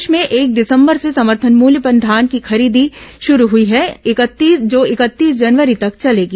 प्रदेश में एक दिसंबर से समर्थन मूल्य पर धान की खरीदी शुरू हुई है जो इकतीस जनवरी तक चलेगी